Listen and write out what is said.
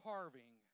Carving